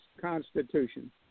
Constitution